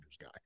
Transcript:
guy